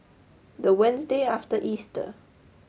the Wednesday after Easter